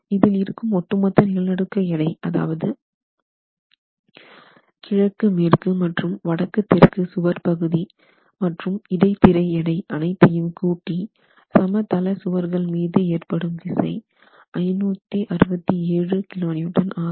இதில் இருக்கும் ஒட்டுமொத்த நிலநடுக்க எடை அதாவது கிழக்கு மேற்கு மற்றும் வடக்கு தெற்கு சுவர் பகுதி மற்றும் இடைத்திரை எடை அனைத்தையும் கூட்டி சமதள சுவர்கள் மீது ஏற்படும் விசை 567 kN ஆகும்